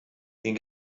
den